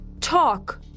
talk